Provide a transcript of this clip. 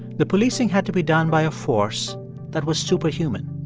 the policing had to be done by a force that was superhuman.